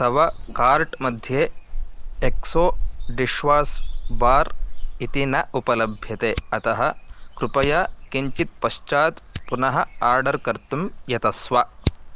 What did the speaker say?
तव कार्ट् मध्ये Exo dishwash bar इति न उपलभ्यते अतः कृपया किञ्चित् पश्चात् पुनः आर्डर् कर्तुं यतस्व